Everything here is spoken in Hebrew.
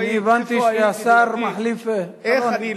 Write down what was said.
אני הבנתי שהשר מחליף, איפה היית, גברתי?